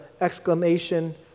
exclamation